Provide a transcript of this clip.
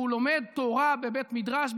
הוא לומד תורה בבית המדרש,